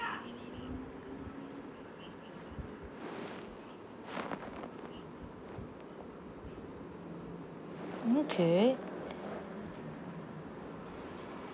okay